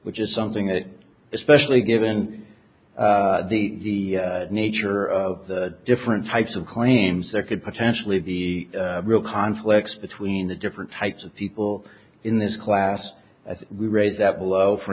which is something that especially given the nature of the different types of claims that could potentially be real conflicts between the different types of people in this class at rates that low for